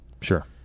sure